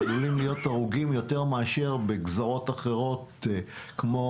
עלולים להיות יותר הרוגים מאשר בגזרות אחרות כמו